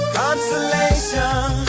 consolation